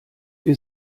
wir